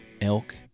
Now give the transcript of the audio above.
elk